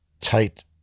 tight